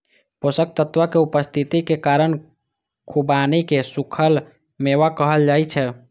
पोषक तत्वक उपस्थितिक कारण खुबानी कें सूखल मेवा कहल जाइ छै